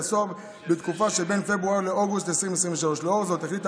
הסוהר בתקופה שבין פברואר לאוגוסט 2023. לאור זאת החליטה